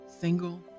single